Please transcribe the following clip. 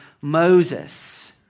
Moses